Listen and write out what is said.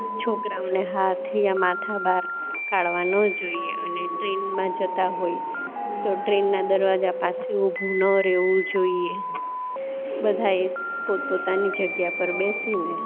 છોકરાઓને હાથ યા માથા બહાર કાઢવા ન જોઈએ અને ટ્રેનમાં જતાં હોઈ તો ટ્રેનના દરવાજા પાસે ઊભું ન રહેવું જોઈએ બધાએ પોતપોતાની જગ્યા પર બેસીને